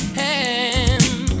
hand